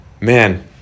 man